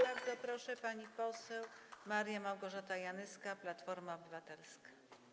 Bardzo proszę, pani poseł Maria Małgorzata Janyska, Platforma Obywatelska.